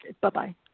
Bye-bye